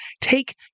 take